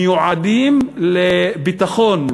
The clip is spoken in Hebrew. שמיועדים לביטחון,